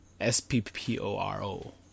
S-P-P-O-R-O